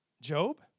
Job